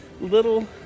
little